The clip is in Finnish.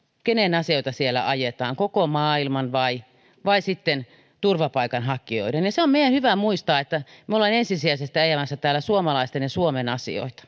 kenen asioita siellä ajetaan koko maailman vai vai turvapaikanhakijoiden se on meidän hyvä muistaa että me olemme ensisijaisesti ajamassa täällä suomalaisten ja suomen asioita